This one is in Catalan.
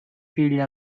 fill